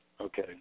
Okay